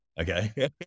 Okay